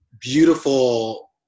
beautiful